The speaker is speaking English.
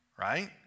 right